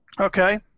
Okay